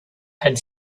had